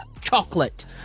chocolate